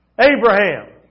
Abraham